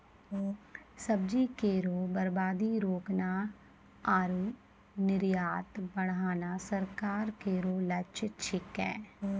सब्जी केरो बर्बादी रोकना आरु निर्यात बढ़ाना सरकार केरो लक्ष्य छिकै